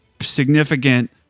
significant